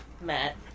Matt